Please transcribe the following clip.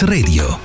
Radio